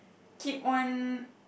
keep on